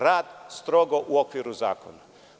Rad strogo u okviru zakona.